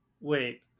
Wait